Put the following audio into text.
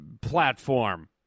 platform